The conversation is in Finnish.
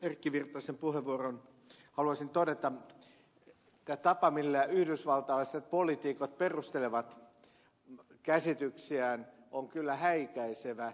erkki virtasen puheenvuoroon haluaisin todeta että tämä tapa millä yhdysvaltalaiset poliitikot perustelevat käsityksiään on kyllä häikäisevä